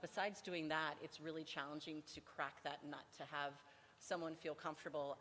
besides doing that it's really challenging to crack that nut to have someone feel comfortable